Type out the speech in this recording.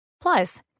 Plus